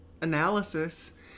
Analysis